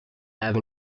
have